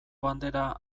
bandera